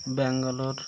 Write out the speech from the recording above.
Bangalore